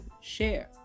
share